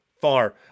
far